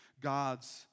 God's